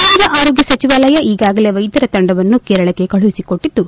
ಕೇಂದ್ರ ಆರೋಗ್ಯ ಸಚಿವಾಲಯ ಈಗಾಗಲೇ ವೈದ್ಯರ ತಂಡವನ್ನು ಕೇರಳಕ್ಕೆ ಕಳುಹಿಸಿಕೊಟ್ಟದ್ದು